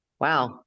wow